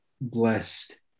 blessed